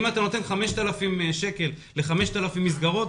אם אתה נותן 5,000 שקלים ל-5,000 מסגרות,